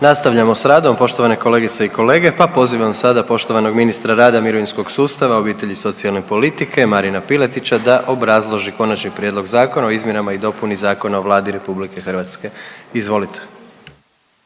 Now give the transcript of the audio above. Nastavljamo s radom poštovane kolegice i kolege, pa pozivam sada poštovanog ministra rada, mirovinskog sustava, obitelji i socijalne politike Marina Piletića da obrazloži Konačni prijedlog zakona o izmjenama i dopuni Zakona o Vladi RH, izvolite.